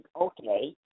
Okay